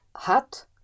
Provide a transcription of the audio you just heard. hat